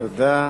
תודה.